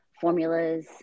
formulas